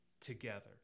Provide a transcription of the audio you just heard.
together